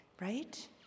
Right